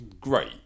great